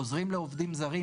עוזרים לעובדים זרים.